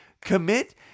commit